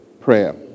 prayer